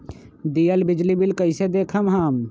दियल बिजली बिल कइसे देखम हम?